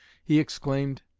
he exclaimed